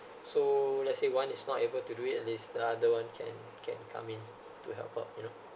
so let's say one is not able to do it at least the other one can can come in to help up you know